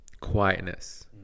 quietness